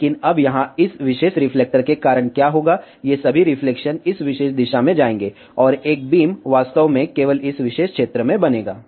लेकिन अब यहाँ इस विशेष रिफ्लेक्टर के कारण क्या होगा ये सभी रिफ्लेक्शन इस विशेष दिशा में जाएंगे और एक बीम वास्तव में केवल इस विशेष क्षेत्र में बनेगा